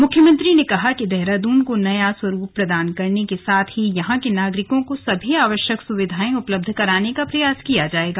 मुख्यमंत्री ने कहा कि देहरादून का नया स्वरूप प्रदान करने के साथ ही यहां के नागरिकों को सभी आवश्यक सुविधाएं उपलब्ध कराने का प्रयास किया जाएगा